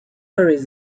always